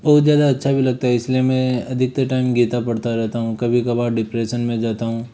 बहुत ज़्यादा अच्छा भी लगता है इसलिए मैं अधिकतर टाइम गीता पढ़ता रहता हूँ कभी कभार डिप्रेशन में जाता हूँ